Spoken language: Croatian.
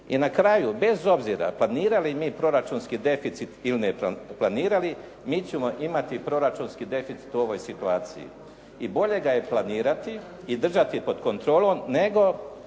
I na kraju, bez obzira planirali mi proračunski deficit ili ne planirali mi ćemo imati proračunski deficit u ovoj situaciji. I bolje ga je planirati i držati pod kontrolom, nego